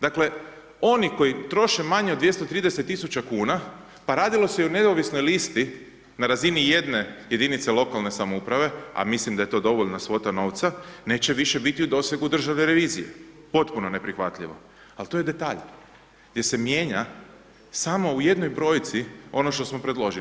Dakle, oni koji troše manje od 230 tisuća kuna, pa radilo se i o neovisnoj listi, na razini jedne jedinice lokalne samouprave, a mislim da je to dovoljna svota novca, neće više biti u dosegu Državne revizije, potpuno neprihvatljivo, ali to je detalj, gdje se mijenja samo u jednoj brojci, ono što smo predložili.